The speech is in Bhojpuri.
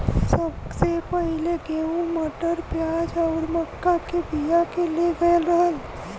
सबसे पहिले गेंहू, मटर, प्याज आउर मक्का के बिया के ले गयल रहल